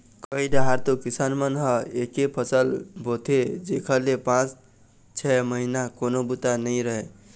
कइ डाहर तो किसान मन ह एके फसल बोथे जेखर ले पाँच छै महिना कोनो बूता नइ रहय